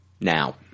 Now